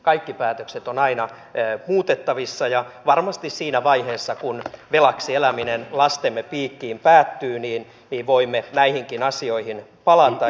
kaikki päätökset ovat aina muutettavissa ja varmasti siinä vaiheessa kun velaksi eläminen lastemme piikkiin päättyy voimme näihinkin asioihin palata